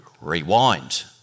rewind